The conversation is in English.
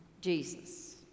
Jesus